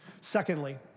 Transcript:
Secondly